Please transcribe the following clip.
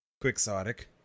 Quixotic